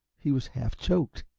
he was half choked.